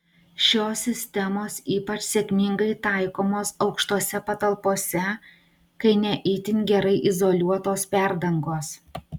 šios sistemos ypač sėkmingai taikomos aukštose patalpose kai ne itin gerai izoliuotos perdangos